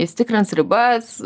jis tikrins ribas